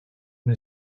bin